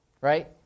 right